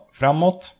framåt